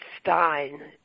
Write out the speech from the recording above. Stein